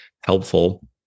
helpful